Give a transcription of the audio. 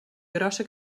grossa